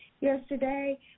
yesterday